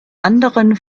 anderen